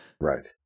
Right